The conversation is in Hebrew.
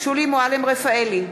שולי מועלם-רפאלי,